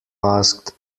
asked